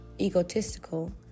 egotistical